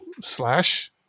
slash